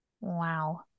Wow